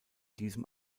diesem